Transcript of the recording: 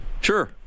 Sure